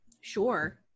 Sure